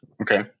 Okay